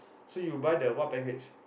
so you buy the what package